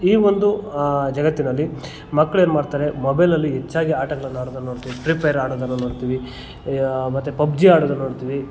ಈ ಒಂದು ಜಗತ್ತಿನಲ್ಲಿ ಮಕ್ಳು ಏನ್ಮಾಡ್ತಾರೆ ಮೊಬೈಲಲ್ಲಿ ಹೆಚ್ಚಾಗಿ ಆಟಗಳನ್ನ ಆಡೋದನ್ನ ನೋಡ್ತೀವಿ ಪ್ರೀ ಪೈರ್ ಆಡೋದನ್ನು ನೋಡ್ತೀವಿ ಮತ್ತು ಪಬ್ಜಿ ಆಡೋದನ್ನ ನೋಡ್ತೀವಿ